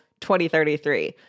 2033